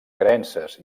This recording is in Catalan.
creences